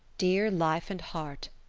dear life and heart,